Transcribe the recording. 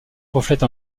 reflète